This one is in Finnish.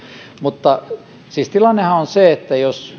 siis tilannehan on on se että